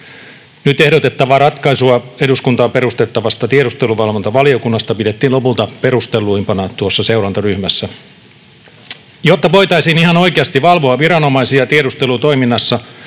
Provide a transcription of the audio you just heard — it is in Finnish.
Nyt ehdotettavaa ratkaisua eduskuntaan perustettavasta tiedusteluvalvontavaliokunnasta pidettiin lopulta perustelluimpana tuossa seurantaryhmässä. Jotta voitaisiin ihan oikeasti valvoa viranomaisia tiedustelutoiminnassa,